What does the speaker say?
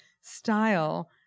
style